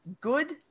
good